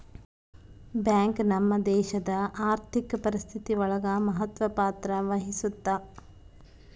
bank ನಮ್ ದೇಶಡ್ ಆರ್ಥಿಕ ಪರಿಸ್ಥಿತಿ ಒಳಗ ಮಹತ್ವ ಪತ್ರ ವಹಿಸುತ್ತಾ